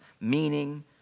meaning